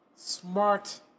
Smart